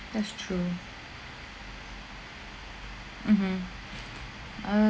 that's true mmhmm um